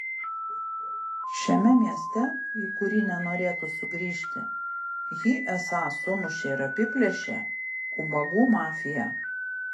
šiame mieste į kurį nenorėtų sugrįžti jį esą sumušė ir apiplėšė ubagų mafija